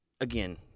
again